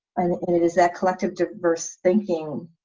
and it is that collective diverse thinking